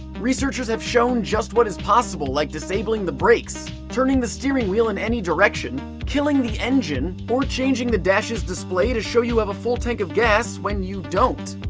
researchers have shown just what is possible like disabling the brakes, turning the steering wheel in any direction, killing the engine or changing the dash's display to show you have a full tank of gas when you don't.